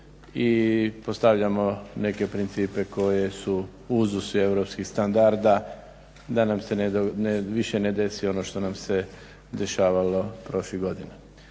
i postavljamo neke principe koje su … europskih standarda da nam se više ne desi ono što nam se dešavalo prošlih godina.